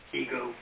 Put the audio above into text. ego